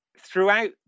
throughout